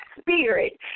Spirit